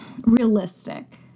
realistic